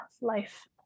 life